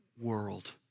world